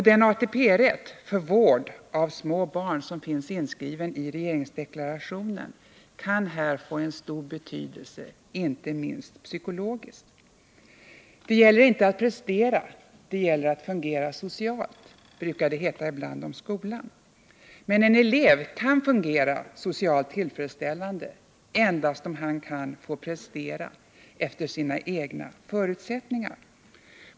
Den ATP-rätt för vård av små barn som finns inskriven i regeringsdeklarationen kan här få stor betydelse, inte minst psykologiskt. Det gäller inte att prestera. Det gäller att fungera socialt, brukar det ibland heta om skolan. Men en elev kan fungera socialt tillfredsställande bara om han får prestera efter sina egna förutsättningar.